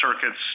Circuit's